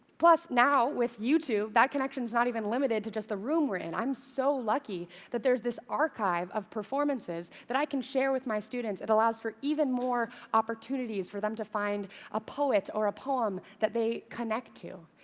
plus, now with youtube, that connection's not even limited to the room we're in. i'm so lucky that there's this archive of performances that i can share with my students. it allows for even more opportunities for them to find a poet or a poem that they connect to.